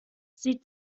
sie